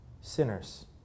sinners